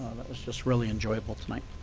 that was just really enjoyable tonight.